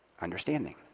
understanding